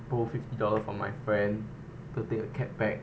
borrow fifty dollars from my friend to take a cab back